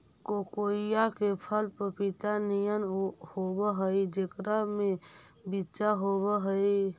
कोकोइआ के फल पपीता नियन होब हई जेकरा में बिच्चा होब हई